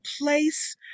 place